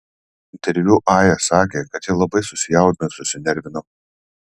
interviu aja sakė kad ji labai susijaudino ir susinervino